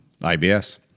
IBS